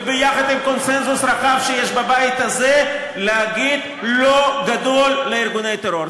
וביחד עם קונסנזוס רחב שיש בבית הזה להגיד "לא" גדול לארגוני טרור.